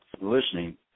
listening